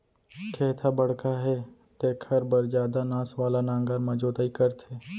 खेत ह बड़का हे तेखर बर जादा नास वाला नांगर म जोतई करथे